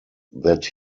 that